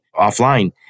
offline